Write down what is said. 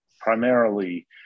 primarily